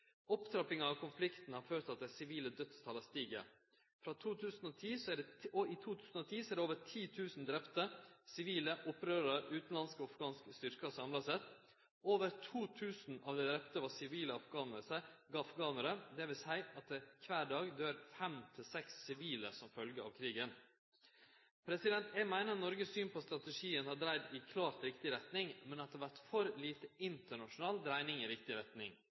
Opptrappinga av konflikten har ført til at dei sivile dødstala stig. I 2010 er det over 10 000 drepne – sivile, opprørarar og utanlandske og afghanske styrkar samla sett. Over 2 000 av dei drepne var sivile afghanarar. Det vil seie at kvar dag døyr fem-seks sivile som følgje av krigen. Eg meiner Noregs syn på strategien har dreidd i klart riktig retning, men at det vert for lite internasjonal dreiing i riktig retning.